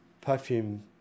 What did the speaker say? Perfume